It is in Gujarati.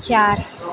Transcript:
ચાર